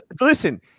Listen